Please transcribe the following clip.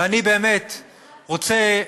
ואני באמת רוצה,